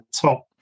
top